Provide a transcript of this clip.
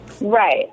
Right